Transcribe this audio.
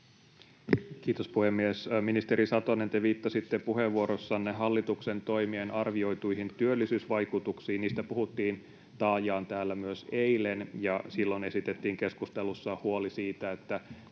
Kiitos, puhemies! Ministeri Satonen, te viittasitte puheenvuorossanne hallituksen toimien arvioituihin työllisyysvaikutuksiin. Niistä puhuttiin taajaan täällä myös eilen, ja silloin esitettiin keskustelussa huoli siitä, että